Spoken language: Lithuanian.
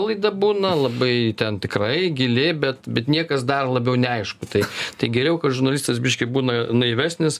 laida būna labai ten tikrai gili bet bet niekas dar labiau neaišku tai tai geriau kad žurnalistas biškį būna naivesnis